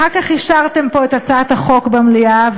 אחר כך אישרתם את הצעת החוק פה במליאה,